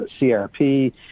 CRP